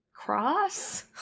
Cross